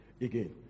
Again